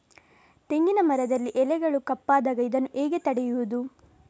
ತೆಂಗಿನ ಮರದಲ್ಲಿ ಎಲೆಗಳು ಕಪ್ಪಾದಾಗ ಇದನ್ನು ಹೇಗೆ ತಡೆಯುವುದು?